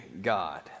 God